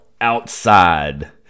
outside